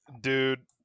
Dude